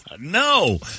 no